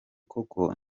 koko